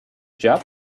job